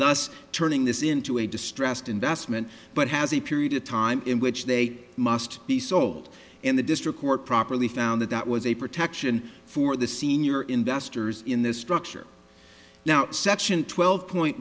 thus turning this into a distressed investment but has a period of time in which they must be sold in the district court properly found that that was a protection for the senior investors in this structure now section twelve point